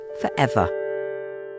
forever